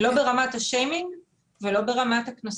לא ברמת השיימינג ולא ברמת הקנסות.